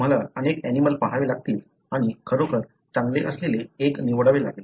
तुम्हाला अनेक ऍनिमलं पहावे लागतील आणि खरोखर चांगले असलेले एक निवडावे लागेल